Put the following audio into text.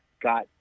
got